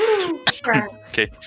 Okay